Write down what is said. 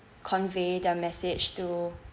convey their message to